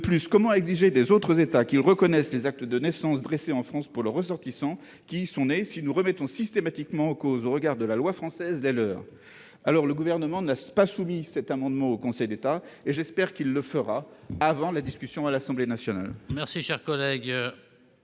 De plus, comment exiger des autres États qu'ils reconnaissent les actes de naissance dressés en France pour leurs ressortissants nés dans notre pays si nous remettons systématiquement en cause les leurs au regard de la loi française ? Le Gouvernement n'a pas soumis son amendement au Conseil d'État. J'espère qu'il le fera avant la discussion du projet de loi à l'Assemblée nationale.